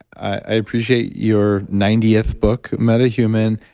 i appreciate your ninetieth book, metahuman.